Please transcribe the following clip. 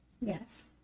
Yes